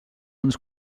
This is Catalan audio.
ens